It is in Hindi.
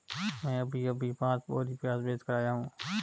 मैं अभी अभी पांच बोरी प्याज बेच कर आया हूं